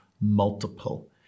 multiple